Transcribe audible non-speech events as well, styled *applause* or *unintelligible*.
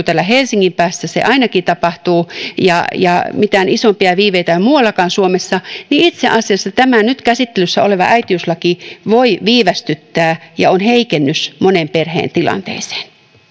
*unintelligible* täällä helsingin päässä tapahtuu ja ja mitään isompia viiveitä ei ole muuallakaan suomessa itse asiassa tämä nyt käsittelyssä oleva äitiyslaki voi viivästyttää ja on heikennys monen perheen tilanteeseen